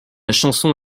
chanson